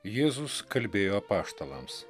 jėzus kalbėjo apaštalams